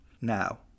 Now